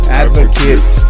advocate